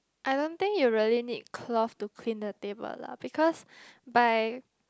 I don't think you really need cloth to clean the table lah because by